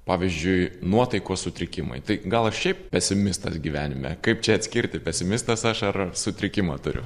pavyzdžiui nuotaikos sutrikimai tai gal aš šiaip pesimistas gyvenime kaip čia atskirti pesimistas aš ar sutrikimą turiu